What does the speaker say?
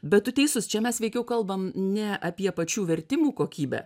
bet tu teisus čia mes veikiau kalbam ne apie pačių vertimų kokybę